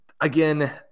again